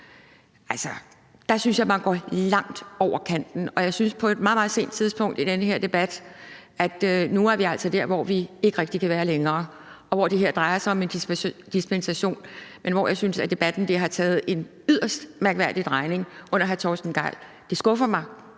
synes jeg altså man går langt over stregen. Og jeg synes på et meget, meget sent tidspunkt i den her debat, at nu er vi altså der, hvor vi ikke rigtig kan være længere. Det her drejer sig om en dispensation, men jeg synes, at debatten har taget en yderst mærkværdig drejning under hr. Torsten Gejl. Det skuffer mig,